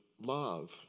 love